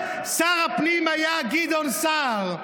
שר הפנים היה גדעון סער.